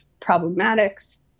problematics